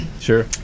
sure